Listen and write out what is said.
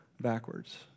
backwards